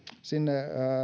sinne